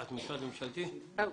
אין.